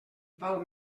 val